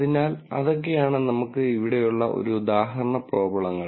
അതിനാൽ അതൊക്കെയായാണ് നമുക്ക് ഇവിടെയുള്ള ഒരു ഉദാഹരണ പ്രോബ്ലങ്ങൾ